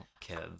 kids